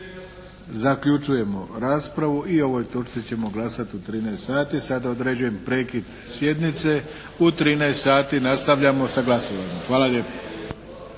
Zaključujemo raspravu. I o ovoj točci ćemo glasati u 13 sati. Sada određujem prekid sjednice. U 13 sati nastavljamo sa glasovanjem. Hvala lijepo.